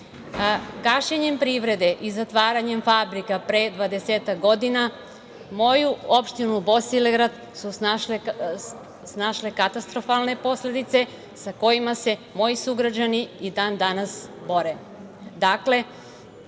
gašenjem privrede i zatvaranjem fabrika pre 20-ak godina moju opštinu Bosilegrad su snašle katastrofalne posledice sa kojima se moji sugrađani i dan danas bore. Kao